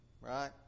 right